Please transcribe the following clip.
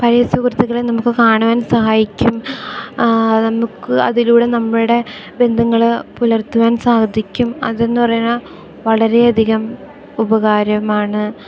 പഴയ സുഹൃത്തകളെ നമുക്ക് കാണുവാൻ സഹായിക്കും നമുക്ക് അതിലൂടെ നമ്മളുടെ ബന്ധങ്ങൾ പുലർത്തുവാൻ സാധിക്കും അതെന്നു പറയണ വളരെ അധികം ഉപകാരമാണ്